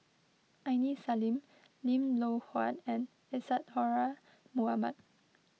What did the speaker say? Aini Salim Lim Loh Huat and Isadhora Mohamed